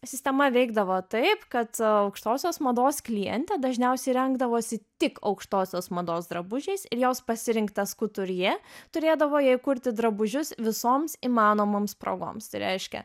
sistema veikdavo taip kad aukštosios mados klientė dažniausiai rengdavosi tik aukštosios mados drabužiais ir jos pasirinktas kuturjė turėdavo jai kurti drabužius visoms įmanomoms progoms tai reiškia